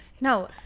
no